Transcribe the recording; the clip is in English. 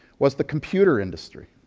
was the computer industry.